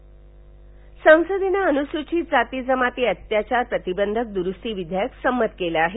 संसद संसदेनं अनुसूचित जाती जमाती बत्याचार प्रतिबंधक दुरुस्ती विधेयक संमत केलं आहे